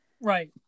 right